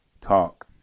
talk